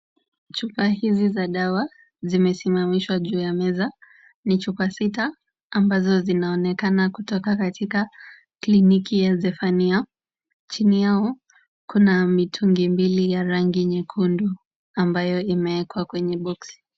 Chupa hizi za dawa zimesimamishwa juu ya meza. Ni chupa sita ambazo zinaonekana kutoka katika kliniki ya Zephania. Chini yao kuna mitungi mbili ya rangi nyekundu ambayo imewekwa kwenye boxi .